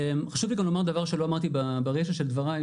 חשוב לי גם לומר דבר שלא אמרתי ברישא של דברי,